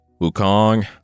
Wukong